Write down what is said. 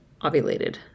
ovulated